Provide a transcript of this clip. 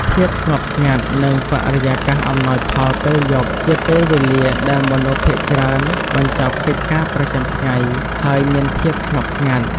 ភាពស្ងប់ស្ងាត់ និងបរិយាកាសអំណោយផលពេលយប់ជាពេលវេលាដែលមនុស្សភាគច្រើនបញ្ចប់កិច្ចការប្រចាំថ្ងៃ ហើយមានភាពស្ងប់ស្ងាត់ ។